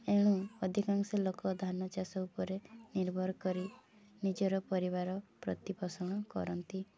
ଏଣୁ ଅଧିକାଂଶ ଲୋକ ଧାନ ଚାଷ ଉପରେ ନିର୍ଭର କରି ନିଜର ପରିବାର ପ୍ରତିପୋଷଣ କରନ୍ତି